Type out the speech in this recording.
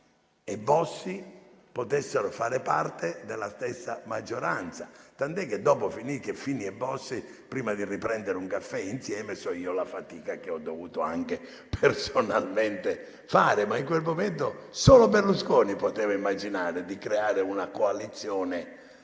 e Bossi potessero fare parte della stessa maggioranza. Tant'è vero che dopo, prima che Fini e Bossi tornassero a riprendere un caffè insieme, so io la fatica che ho dovuto fare anche personalmente. Ma in quel momento solo Berlusconi poteva immaginare di creare una coalizione